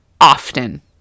often